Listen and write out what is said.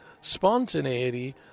spontaneity